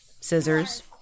scissors